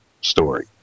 story